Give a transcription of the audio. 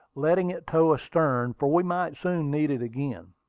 letting it tow astern, for we might soon need it again.